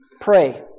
Pray